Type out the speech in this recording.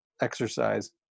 exercise